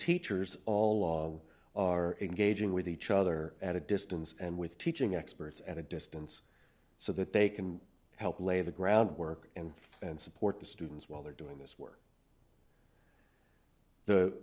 teachers all are engaging with each other at a distance and with teaching experts at a distance so that they can help lay the groundwork in and support the students while they're doing this work the